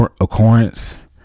occurrence